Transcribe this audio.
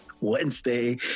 Wednesday